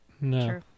No